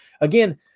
again